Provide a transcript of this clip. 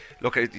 Look